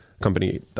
company